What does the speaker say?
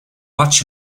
watch